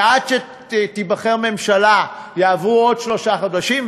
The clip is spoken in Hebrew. ועד שתיבחר ממשלה יעברו עוד שלושה חודשים,